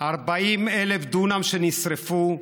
40,000 דונם נשרפו.